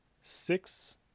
six –